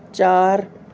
چار